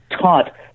taught